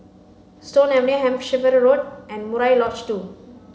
Stone Avenue Hampshire Road and Murai LodgeTwo